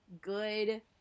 good